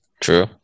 True